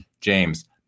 James